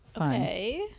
Okay